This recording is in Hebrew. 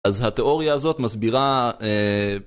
אז התיאוריה הזאת מסבירה...